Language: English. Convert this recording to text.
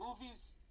movies